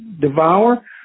devour